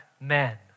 men